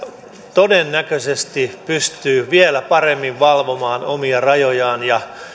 todennäköisesti pystyy vielä paremmin valvomaan omia rajojaan